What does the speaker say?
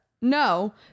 No